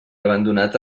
abandonat